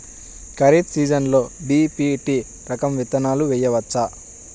ఖరీఫ్ సీజన్లో బి.పీ.టీ రకం విత్తనాలు వేయవచ్చా?